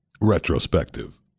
retrospective